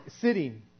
sitting